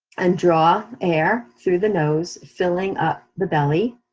and draw air through the nose, filling up the belly.